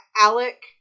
alec